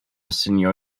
senior